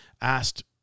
asked